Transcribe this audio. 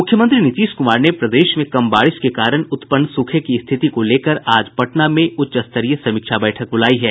मुख्यमंत्री नीतीश कुमार ने प्रदेश में कम बारिश के कारण उत्पन्न सूखे की स्थिति को लेकर आज पटना में उच्च स्तरीय बैठक बुलाई है